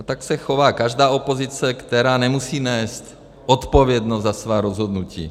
Tak se chová každá opozice, která nemusí nést odpovědnost za svá rozhodnutí.